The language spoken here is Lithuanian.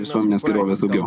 visuomenės gerovės daugiau